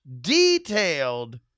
Detailed